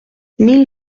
mille